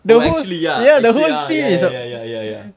oh actually ya actually ya ya ya ya ya ya ya ya